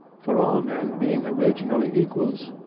for all men being originally equals,